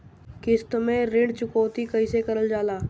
किश्त में ऋण चुकौती कईसे करल जाला?